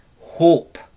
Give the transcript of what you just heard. hope